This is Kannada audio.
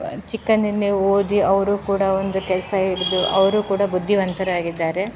ಚಿಕ್ಕಂದಿಂದಲೆ ಓದಿ ಅವರು ಕೂಡ ಒಂದು ಕೆಲಸ ಹಿಡಿದು ಅವರು ಕೂಡ ಬುದ್ಧಿವಂತರಾಗಿದ್ದಾರೆ